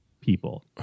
people